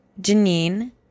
Janine